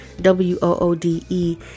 W-O-O-D-E